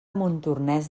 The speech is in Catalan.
montornès